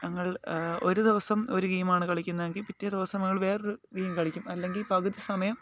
ഞങൾ ഒരു ദിവസം ഒരു ഗെയിമാണ് കളിക്കുന്നതെങ്കിൽ പിറ്റേ ദിവസം ഞങ്ങൾ വേറെ ഒരു ഗെയിം കളിക്കും അല്ലെങ്കിൽ പകുതി സമയം